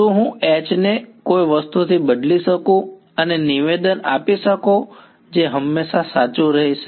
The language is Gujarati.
શું હું H ને કોઈ વસ્તુથી બદલી શકું અને નિવેદન આપી શકું જે હંમેશા સાચું રહેશે